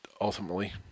ultimately